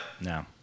No